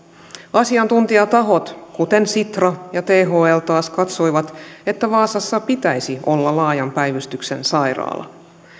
asiantuntijatahot kuten sitra ja thl taas katsoivat että vaasassa pitäisi olla laajan päivystyksen sairaala